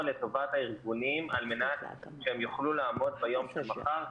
לטובת הארגונים על מנת שהם יוכלו לעמוד ביום של מחר,